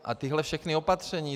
A tahle všechna opatření.